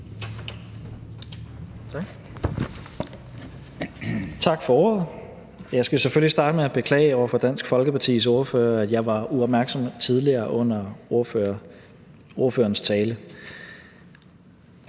Tak for ordet. Jeg skal selvfølgelig starte med at beklage over for Dansk Folkepartis ordfører, at jeg var uopmærksom tidligere under ordførerens tale.